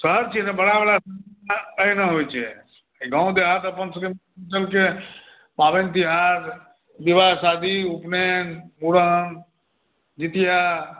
शहर छियै ने बड़ा बड़ा शहरमे एहिना होइत छै गाँव देहात अपनसभकेँ पाबनि तिहार विवाह शादी उपनयन मुड़न जीतिआ